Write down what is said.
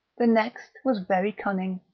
the next was very cunning